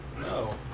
No